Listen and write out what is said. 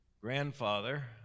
grandfather